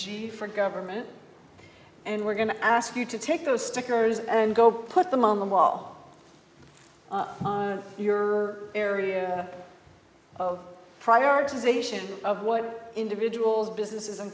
g for government and we're going to ask you to take those stickers and go put them on the wall on your area of prioritization of what individuals businesses and